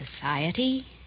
society